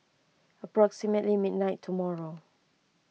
approximately midnight tomorrow